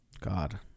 God